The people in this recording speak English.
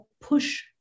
push